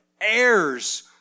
heirs